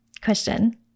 Question